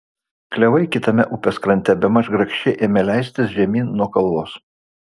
klevai kitame upės krante bemaž grakščiai ėmė leistis žemyn nuo kalvos